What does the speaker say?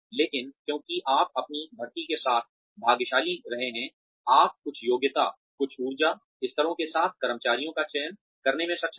लेकिन क्योंकि आप अपनी भर्ती के साथ भाग्यशाली रहे हैं आप कुछ योग्यता कुछ ऊर्जा स्तरों के साथ कर्मचारियों का चयन करने में सक्षम हैं